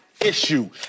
issue